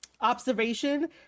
Observation